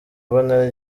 mbonera